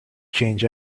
change